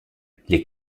les